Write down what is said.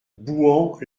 bouhans